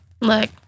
look